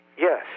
Yes